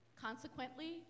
Consequently